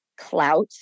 clout